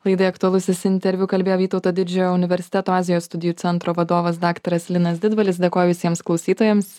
laidai aktualusis interviu kalbėjo vytauto didžiojo universiteto azijos studijų centro vadovas daktaras linas didvalis dėkoju visiems klausytojams